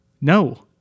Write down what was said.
No